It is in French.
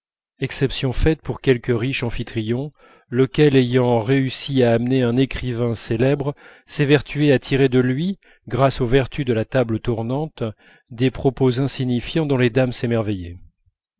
exception faite pour quelque riche amphitryon lequel ayant réussi à amener un écrivain célèbre s'évertuait à tirer de lui grâce aux vertus de la table tournante des propos insignifiants dont les dames